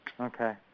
Okay